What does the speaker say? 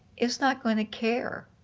is not going to care.